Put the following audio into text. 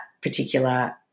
particular